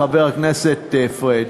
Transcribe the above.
חבר הכנסת פריג',